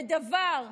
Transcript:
ודבר,